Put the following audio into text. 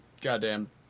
goddamn